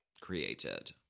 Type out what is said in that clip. created